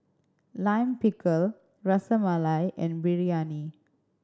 Lime Pickle Ras Malai and Biryani